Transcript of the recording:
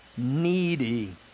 Needy